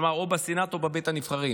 כלומר או בסנאט או בבית הנבחרים.